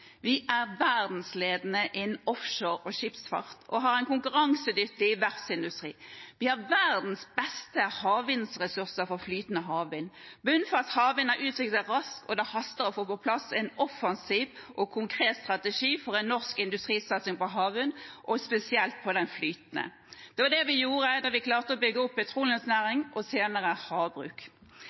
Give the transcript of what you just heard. Vi er verdensledende innen offshore og skipsfart og har en konkurransedyktig verftsindustri. Vi har verdens beste havvindressurser for flytende havvind. Bunnfast havvind har utviklet seg raskt, og det haster å få på plass en offensiv og konkret strategi for en norsk industrisatsing på havvind, spesielt den flytende. Det var det vi gjorde da vi klarte å bygge opp petroleumsnæringen, og senere havbruk.